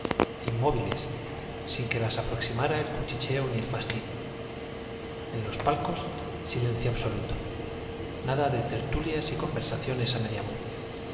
y tules inmóviles sin que las aproximara el cuchicheo ni el fastidio en los palcos silencio abso luto nada de tertilias y conversaciones á media voz